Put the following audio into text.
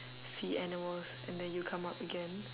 sea animals and then you come up again